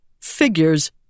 Figures